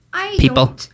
people